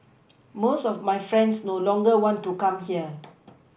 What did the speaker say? most of my friends no longer want to come here